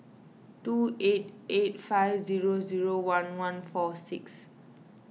two eight eight five zero zero one one four six